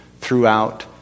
throughout